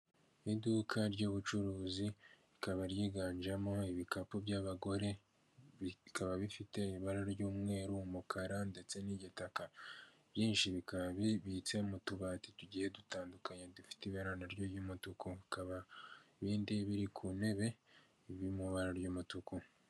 Iduka ry'ubucuruzi rikaba ryiganjemo ibikapu by'abagore bikaba bifite ibara ry'umweru, umukara ndetse n'igitaka, byinshi bikaba bibitse mu tubati tugiye dutandukanye dufite ibara naryo ry'umutuku, akaba ibindi biri ku ntebe iri mu ibara ry'umutuku.